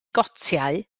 gotiau